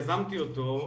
יזמתי אותו,